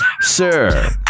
Sir